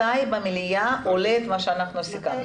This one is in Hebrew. מתי במליאה עולה מה שסיכמנו כאן?